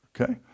okay